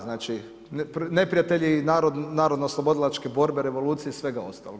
Znači neprijatelji i narodno oslobodilačke borbe, revolucije, svega ostalog.